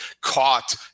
caught